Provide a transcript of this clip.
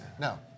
No